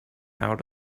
out